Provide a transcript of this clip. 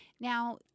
Now